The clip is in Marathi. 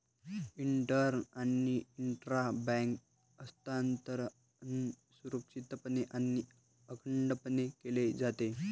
इंटर आणि इंट्रा बँक हस्तांतरण सुरक्षितपणे आणि अखंडपणे केले जाते